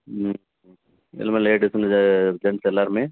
இந்தமேரி ladies gents எல்லோருமே